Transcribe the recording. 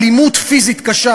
אלימות פיזית קשה,